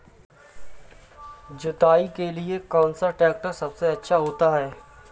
जुताई के लिए कौन सा ट्रैक्टर सबसे अच्छा होता है?